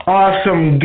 awesome